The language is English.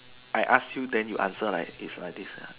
I ask you then you answer like it's like this ya